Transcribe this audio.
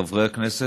חברי הכנסת,